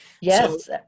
Yes